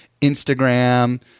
Instagram